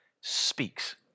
speaks